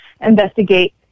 investigate